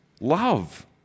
love